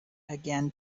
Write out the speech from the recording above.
again